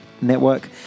network